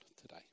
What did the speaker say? today